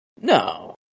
no